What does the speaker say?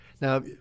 now